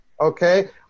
Okay